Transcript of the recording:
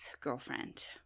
girlfriend